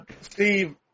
Steve